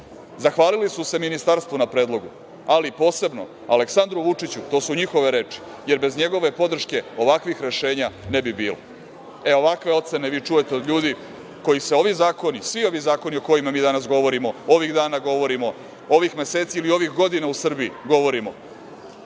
dugo. Zahvalili su se ministarstvu na predlogu, ali posebno Aleksandru Vučiću, to su njihove reči, jer bez njegove podrške ovakvih rešenja ne bi bilo. Ovakve ocene vi čujete od ljudi kojih se ovi zakoni, svi ovi zakoni o kojima mi danas govorimo, ovih dana govorimo, ovih meseci ili ovih godina u Srbiji govorimo,